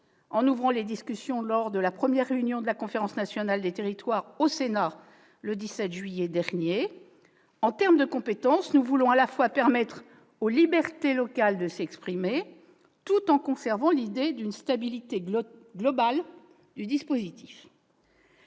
en ouvrant les discussions lors de la première réunion de la Conférence nationale des territoires au Sénat, le 17 juillet dernier :« En termes de compétences, nous voulons à la fois permettre aux libertés locales de s'exprimer, tout en conservant l'idée d'une stabilité globale du dispositif.